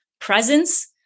presence